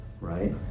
right